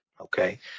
Okay